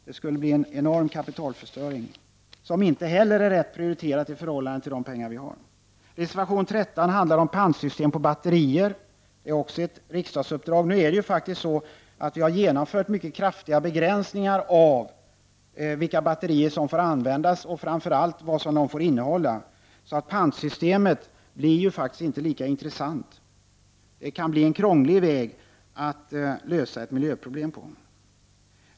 Det skulle bli en enorm kapitalförstöring, som inte heller är rätt prioriterad i förhållande till de pengar vi har. Reservation 13 handlar om pantsystem för batterier. Det är också ett riksdagsuppdrag. Nu har vi faktiskt genomfört mycket kraftiga begränsningar av vilka batterier som får användas och vad batterier får innehålla. Pantsystemet blir då inte lika intressant. Det kan bli en krånglig väg att lösa ett miljöproblem.